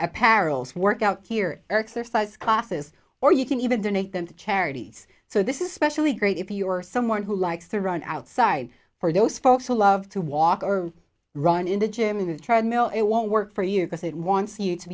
apparels workout here exercise classes or you can even donate them to charities so this is especially great if you're someone who likes to run outside for those folks who love to walk or run in the gym in the treadmill it won't work for you because it wants you to